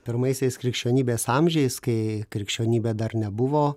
pirmaisiais krikščionybės amžiais kai krikščionybė dar nebuvo